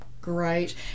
Great